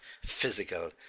physical